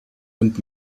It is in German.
und